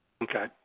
Okay